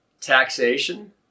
taxation